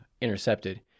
intercepted